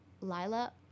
Lila